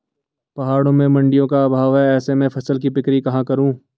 पहाड़ों में मडिंयों का अभाव है ऐसे में फसल की बिक्री कहाँ करूँ?